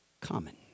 common